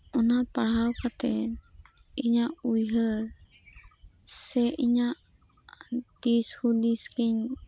ᱚᱱᱟ ᱯᱟᱲᱦᱟᱣ ᱠᱟᱛᱮᱜ ᱤᱧᱟᱜ ᱩᱭᱦᱟᱹᱨ ᱥᱮ ᱤᱧᱟᱜ ᱫᱤᱥᱦᱩᱫᱤᱥ ᱜᱤᱧ